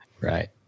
Right